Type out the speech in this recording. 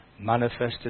manifested